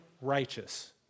righteous